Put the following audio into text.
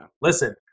listen